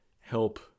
help